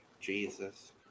Jesus